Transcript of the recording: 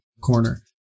corner